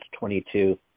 22